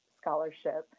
scholarship